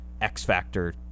X-Factor